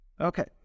Okay